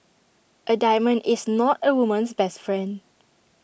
A diamond is not A woman's best friend